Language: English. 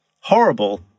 horrible